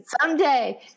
Someday